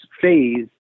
phase